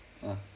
ah